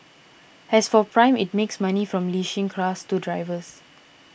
as for Prime it makes money from leasing cars to drivers